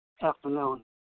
afternoon